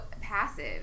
passive